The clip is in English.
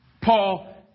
Paul